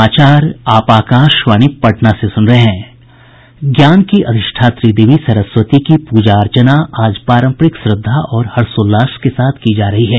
ज्ञान की अधिष्ठात्री देवी सरस्वती की पूजा अर्चना आज पारंपरिक श्रद्धा और हर्षोल्लास के साथ की जा रही है